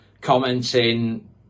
commenting